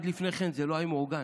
לפני כן זה לא היה מעוגן.